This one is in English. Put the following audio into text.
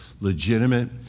legitimate